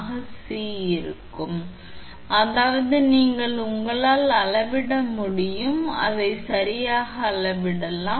இதன் பொருள் கேப்பாசிட்டன்ஸ் 𝐶𝑐 மற்றும் the பின்வரும் அளவீடு மூலம் பெறப்படுகிறது அதாவது நீங்கள் உங்களால் அளவிட முடியும் நீங்கள் அதை சரியாக அளவிடலாம்